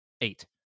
Eight